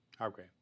Okay